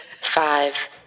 five